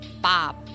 Bob